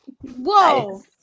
Whoa